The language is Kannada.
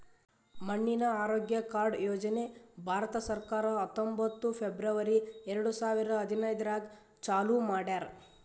ಮಣ್ಣಿನ ಆರೋಗ್ಯ ಕಾರ್ಡ್ ಯೋಜನೆ ಭಾರತ ಸರ್ಕಾರ ಹತ್ತೊಂಬತ್ತು ಫೆಬ್ರವರಿ ಎರಡು ಸಾವಿರ ಹದಿನೈದರಾಗ್ ಚಾಲೂ ಮಾಡ್ಯಾರ್